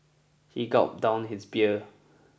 he gulped down his beer